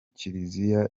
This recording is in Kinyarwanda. kiriziya